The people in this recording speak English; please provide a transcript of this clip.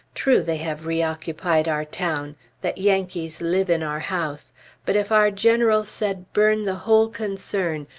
true they have reoccupied our town that yankees live in our house but if our generals said burn the whole concern,